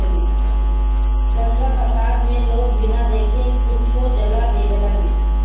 दंगा फसाद मे लोग बिना देखे कुछो जला देवेलन